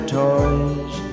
toys